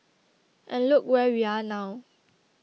and look where we are now